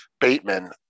Bateman